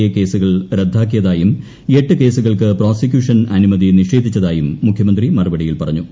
A കേസുകൾ റദ്ദാക്കിയതായും എട്ട് കേസുകൾക്ക് പ്രൊസിക്യൂഷൻ അനുമതി നിഷേധിച്ചതായും മുഖ്യമന്ത്രി മറുപടിയിൽ പറഞ്ഞു